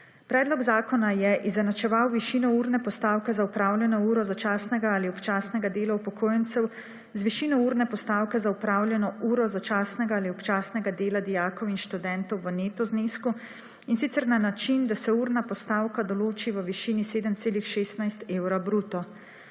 Predlog zakona je izenačeval višino urne postavke za opravljeno uro začasnega ali občasnega dela upokojencev z višino urne postavke za opravljeno uro začasnega ali občasnega dela dijakov in študentov v neto znesku, in sicer na način, da se urna postavka določi v višini 7,16 evra bruto.